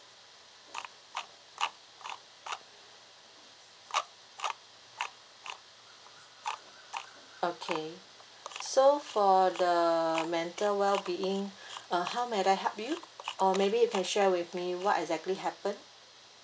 okay so for the mental well being uh how may I help you or maybe you can share with me what exactly happen